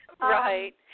Right